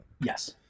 Yes